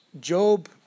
Job